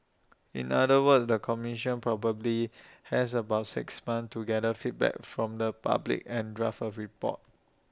in other words the commission probably has about six months to gather feedback from the public and draft A report